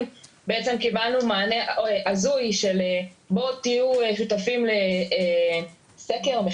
קיבלנו מענה הזוי של בואו תהיו שותפים לסקר.